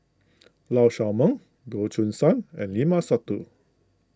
Lee Shao Meng Goh Choo San and Limat Sabtu